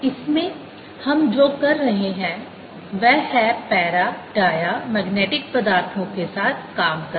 इसमें हम जो कर रहे हैं वह है पैरा डिया मैग्नेटिक पदार्थों के साथ काम करना